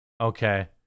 Okay